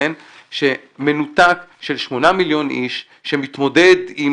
אי מנותק של שמונה מיליון איש שמתמודד עם